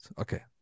okay